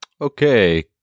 Okay